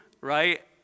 right